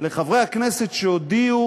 לחברי הכנסת שהודיעו